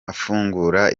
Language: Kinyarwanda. afungura